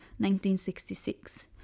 1966